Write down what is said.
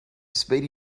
speedy